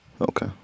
Okay